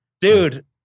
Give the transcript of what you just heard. Dude